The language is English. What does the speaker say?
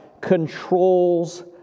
controls